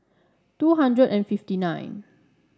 two hundred and fifty nine